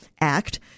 Act